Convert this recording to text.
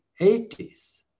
80s